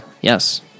Yes